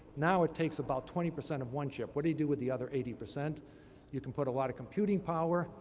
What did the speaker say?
now it takes about twenty percent of one chip. what do you do with the other eighty? you can put a lot of computing power.